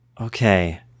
Okay